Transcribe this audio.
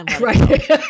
Right